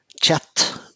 chat